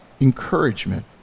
encouragement